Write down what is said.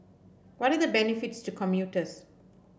what are the benefits to commuters